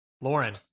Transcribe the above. Lauren